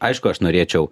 aišku aš norėčiau